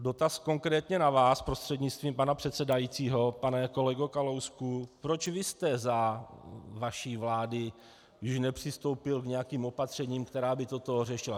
Dotaz konkrétně na vás prostřednictvím pana předsedajícího, pane kolego Kalousku, proč vy jste za vaší vlády již nepřistoupil k nějakým opatřením, která by toto řešila.